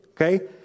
okay